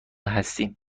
هستیم